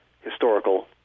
historical